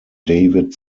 david